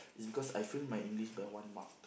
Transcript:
is because I fail my English by one mark